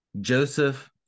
Joseph